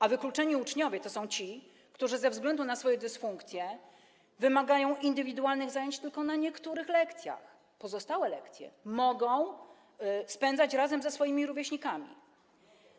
A wykluczeni uczniowie to są ci, którzy ze względu na swoje dysfunkcje wymagają indywidualnych zajęć tylko na niektórych lekcjach, pozostałe lekcje mogą spędzać razem ze swoimi rówieśnikami.